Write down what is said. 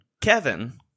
Kevin